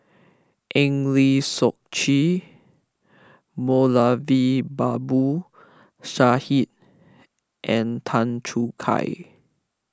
Eng Lee Seok Chee Moulavi Babu Sahib and Tan Choo Kai